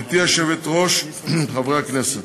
גברתי היושבת-ראש, חברי הכנסת,